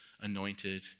anointed